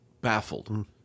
baffled